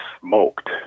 smoked